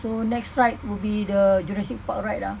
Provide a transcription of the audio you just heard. so ride would be the jurassic park ride ah